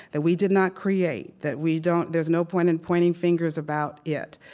that we did not create, that we don't there's no point in pointing fingers about it,